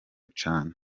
cane